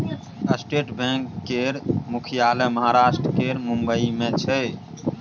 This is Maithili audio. स्टेट बैंक केर मुख्यालय महाराष्ट्र केर मुंबई मे छै